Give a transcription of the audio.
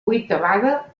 vuitavada